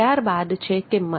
ત્યારબાદ છે કિંમત